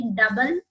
double